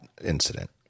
incident